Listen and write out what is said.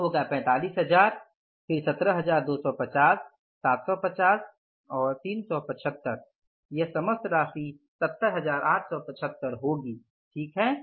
ये होगा 45000 फिर 17250 750 और 375 यह समस्त राशि 70875 होगी ठीक है